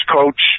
coach